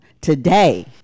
today